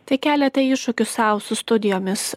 tai keliate iššūkius sau su studijomis